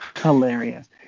Hilarious